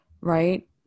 Right